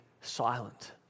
silent